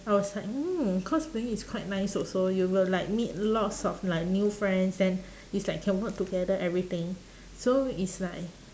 I was like mm cosplaying is quite nice also you will like meet lots of like new friends and it's like can work together everything so it's like